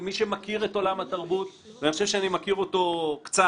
למי שמכיר את עולם התרבות ואני חושב שאני מכיר אותו קצת.